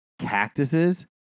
Cactuses